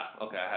okay